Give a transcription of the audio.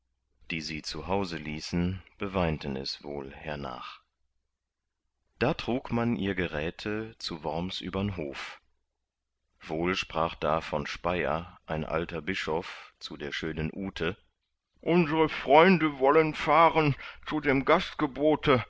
die sie zu hause ließen beweinten es wohl hernach da trug man ihr geräte zu worms übern hof wohl sprach da von speier ein alter bischof zu der schönen ute unsre freunde wollen fahren zu dem gastgebote